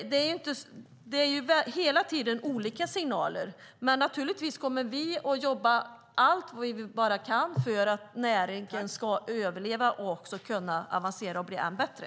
Det kommer hela tiden olika signaler. Men naturligtvis kommer vi att jobba allt vi bara kan för att näringen ska överleva, avancera och bli än bättre.